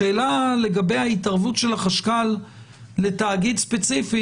השאלה לגבי ההתערבות של החשכ"ל לתאגיד ספציפי